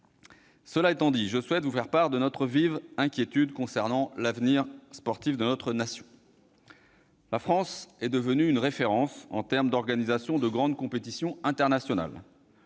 Cela étant dit, je souhaite vous faire part de notre vive inquiétude concernant l'avenir sportif de notre nation. La France est devenue une référence en termes d'organisation de grandes compétitions internationales,